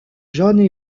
jaunes